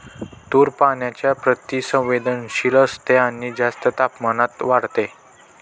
तूर पाण्याच्या प्रति संवेदनशील असते आणि जास्त तापमानात वाढते